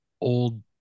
old